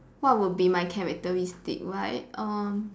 what would be my characteristic right uh